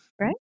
Right